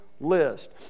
list